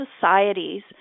societies